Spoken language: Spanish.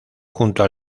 junto